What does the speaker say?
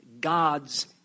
God's